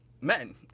men